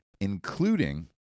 including